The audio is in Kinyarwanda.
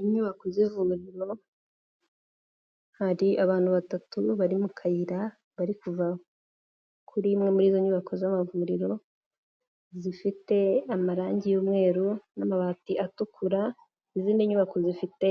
Inyubako z'ivuriro, hari abantu batatu bari mu kayira bari kuva kuri imwe muri izo nyubako z'amavuriro, zifite amarangi y'umweru n'amabati atukura, izindi nyubako zifite